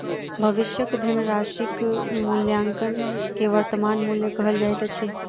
भविष्यक धनराशिक मूल्याङकन के वर्त्तमान मूल्य कहल जाइत अछि